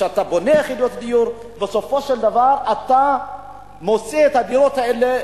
כשאתה בונה יחידות דיור בסופו של דבר אתה מוציא את הדירות האלה.